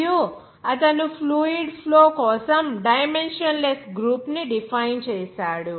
మరియు అతను fluid flow కోసం డైమెన్షన్ లెస్ గ్రూప్ ని డిఫైన్ చేసాడు